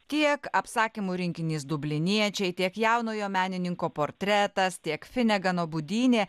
tiek apsakymų rinkinys dubliniečiai tiek jaunojo menininko portretas tiek finegano budynė